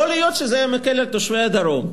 יכול להיות שזה היה מקל על תושבי הדרום,